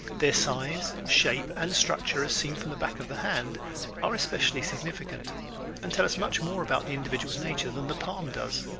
their size, shape and structure as seen from the back of the hand are especially significant and tell us much more about the individual's nature than the palm does.